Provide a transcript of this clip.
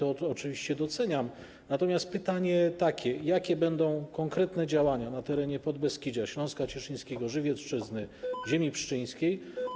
Oczywiście to doceniam, natomiast pytanie jest takie: Jakie będą konkretne działania na terenie Podbeskidzia, Śląska Cieszyńskiego, Żywiecczyzny, ziemi pszczyńskiej?